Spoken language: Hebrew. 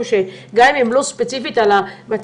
גם אם לא דיברו ספציפית על המצגת,